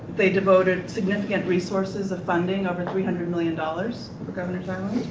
they devoted so and resources of funding, over three hundred million dollars for governor's island.